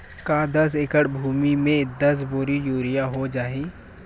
का दस एकड़ भुमि में दस बोरी यूरिया हो जाही?